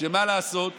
שום